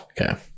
Okay